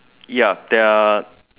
ya there are